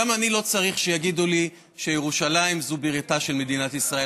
גם אני לא צריך שיגידו לי שירושלים זו בירתה של מדינת ישראל.